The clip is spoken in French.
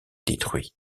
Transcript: détruit